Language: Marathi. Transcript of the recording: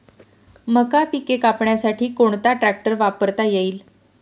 मका पिके कापण्यासाठी कोणता ट्रॅक्टर वापरता येईल?